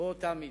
באותה מידה.